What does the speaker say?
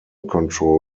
control